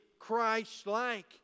christ-like